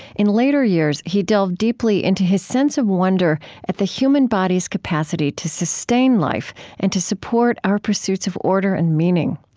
in later years. he delved deeply into his sense of wonder at the human body's capacity to sustain life and to support our pursuits of order and meaning.